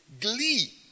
glee